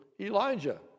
Elijah